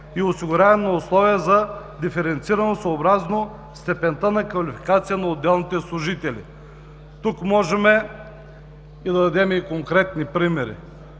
и осигуряване на условия за диференциране съобразно степента на квалификация на отделните служители. Тук можем да дадем и конкретни примери.